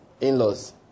in-laws